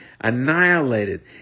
annihilated